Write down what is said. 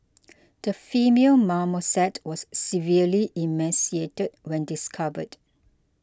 the female marmoset was severely emaciated when discovered